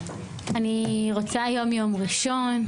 אני גאה לפתוח את הישיבה הראשונה,